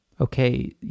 okay